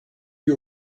you